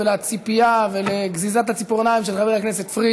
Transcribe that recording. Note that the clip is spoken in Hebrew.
לציפייה ולגזיזת הציפורניים של חבר הכנסת פריג',